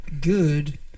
good